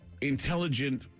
intelligent